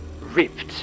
ripped